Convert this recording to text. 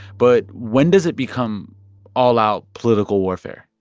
but when does it become all-out political warfare?